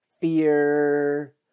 fear